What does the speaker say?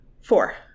Four